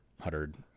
hundred